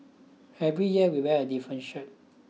every year we wear a different shirt